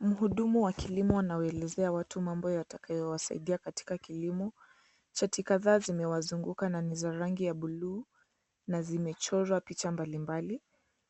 Mhudumu wa kilimo anawaelezea watu mambo yatakayowasaidia katika kilimo. Chati kadhaa zimewazunguka na niza rangi ya bluu na zimechorwa picha mbalimbali.